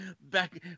back